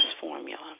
formula